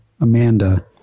Amanda